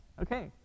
Okay